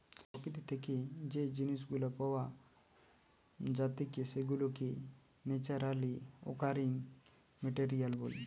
প্রকৃতি থেকে যেই জিনিস গুলা পাওয়া জাতিকে সেগুলাকে ন্যাচারালি অকারিং মেটেরিয়াল বলে